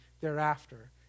thereafter